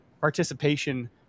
participation